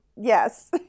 Yes